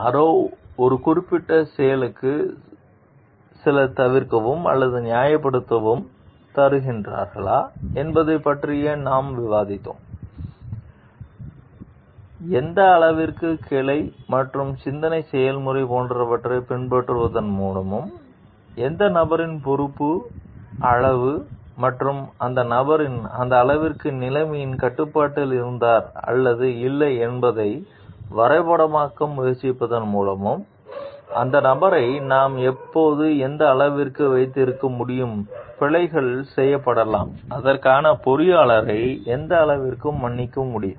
யாரோ ஒரு குறிப்பிட்ட செயல்களுக்கு சில தவிர்க்கவும் அல்லது நியாயத்தையும் தருகிறார்களா என்பது பற்றியும் நாம் விவாதித்தோம் எந்த அளவிற்கு கிளை மற்றும் சிந்தனை செயல்முறை போன்றவற்றைப் பின்பற்றுவதன் மூலமும் அந்த நபரின் பொறுப்பின் அளவு மற்றும் அந்த நபர் எந்த அளவிற்கு நிலைமையின் கட்டுப்பாட்டில் இருந்தார் அல்லது இல்லை என்பதை வரைபடமாக்க முயற்சிப்பதன் மூலமும் அந்த நபரை நாம் எந்த அளவிற்கு வைத்திருக்க முடியும் பிழைகள் செய்யப்படலாம் அதற்காக பொறியாளரை எந்த அளவிற்கு மன்னிக்க முடியும்